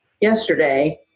yesterday